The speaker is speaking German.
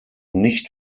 nicht